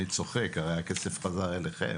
אני צוחק, הרי הכסף חזר אליכם.